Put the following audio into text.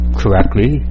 correctly